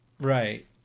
Right